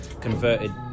converted